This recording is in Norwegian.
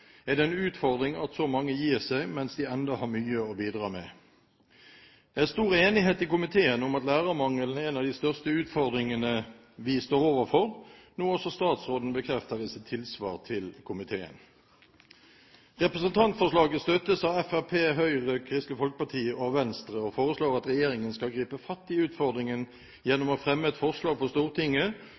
er det en utfordring at så mange gir seg mens de ennå har mye å bidra med. Det er stor enighet i komiteen om at lærermangelen er en av de største utfordringene vi står overfor, noe også statsråden bekrefter i sitt tilsvar til komiteen. Representantforslaget støttes av Fremskrittspartiet, Høyre, Kristelig Folkeparti og Venstre, og man foreslår at regjeringen skal gripe fatt i utfordringen gjennom å fremme et forslag for Stortinget